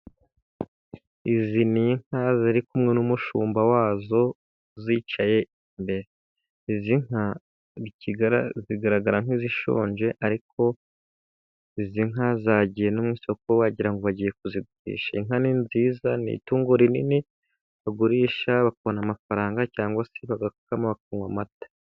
Izi ni inka ziri kumwe n'umushumba wazo, azicaye imbere. Izi nka zigaragara nk'izishonje, ariko izi nka zagiye no mu isoko wagira ngo bagiye kuzigurisha. Inka ni nziza, ni itungo rinini bagurisha bakabona amafaranga cyangwa se bagapfukama bakanywa amata.